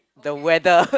the weather